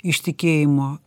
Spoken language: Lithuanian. iš tikėjimo